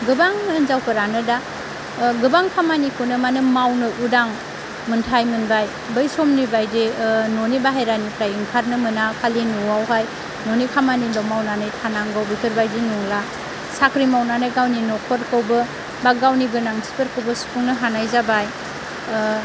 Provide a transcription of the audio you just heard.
गोबां हिनजावफोरानो दा गोबां खामानिखौनो माने मावनो उदां मोन्थाय मोनबाय बै समनि बायदि न'नि बाहेरानिफ्राय ओंखारनो मोना खालि न'आवहाय न'नि खामानिल' मावनानै थानांगौ बेफोरबायदि नंला साख्रि मावनानै गावनि न'खरखौबो बा गावनि गोनांथिफोरखौबो सुफुंनो हानाय जाबाय